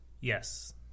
Yes